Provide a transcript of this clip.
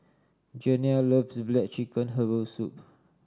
Janiah loves black chicken Herbal Soup